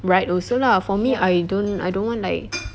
ride also lah for me I don't I don't want like